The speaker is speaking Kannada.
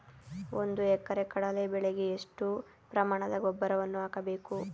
ಒಂದು ಎಕರೆ ಕಡಲೆ ಬೆಳೆಗೆ ಎಷ್ಟು ಪ್ರಮಾಣದ ಗೊಬ್ಬರವನ್ನು ಹಾಕಬೇಕು?